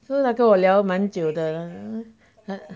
so 她跟我聊蛮久的她